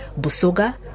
Busoga